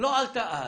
לא עלתה אז.